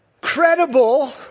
credible